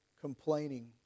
complaining